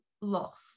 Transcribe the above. lost